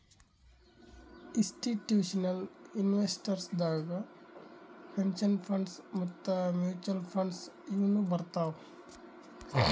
institutional investors ದಾಗ್ pension funds ಮತ್ತ್ mutual funds ಇವ್ನು ಬರ್ತವ್